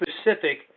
specific